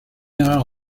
erreur